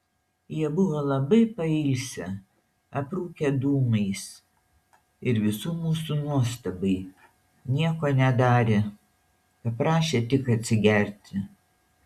jie buvo labai pailsę aprūkę dūmais ir visų mūsų nuostabai nieko nedarė paprašė tik atsigerti